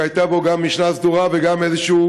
כי הייתה בו גם משנה סדורה וגם איזשהו